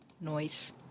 Noise